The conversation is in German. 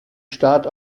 staat